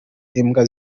imbwa